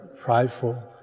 prideful